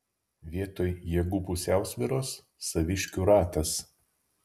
vietoj jėgų pusiausvyros saviškių ratas